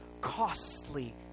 costly